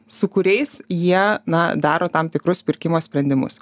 su kuriais jie na daro tam tikrus pirkimo sprendimus